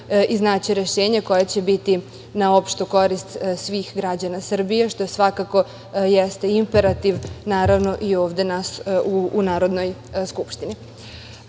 iznaći rešenja koja će biti na opštu korist svih građana Srbije, što svakako jeste imperativ naravno i ovde nas u Narodnoj skupštini. Na